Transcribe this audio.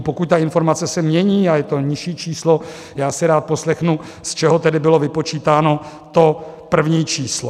Pokud ta informace se mění a je to nižší číslo, já si rád poslechnu, z čeho tedy bylo vypočítáno to první číslo.